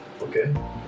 Okay